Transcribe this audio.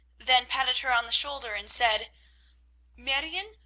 then patted her on the shoulder and said marrione,